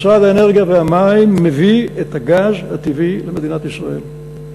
משרד האנרגיה והמים מביא את הגז הטבעי למדינת ישראל.